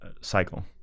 cycle